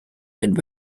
and